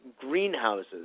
greenhouses